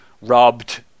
robbed